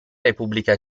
repubblica